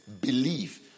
believe